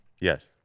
Yes